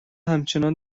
همچنان